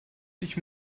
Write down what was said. ich